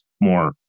more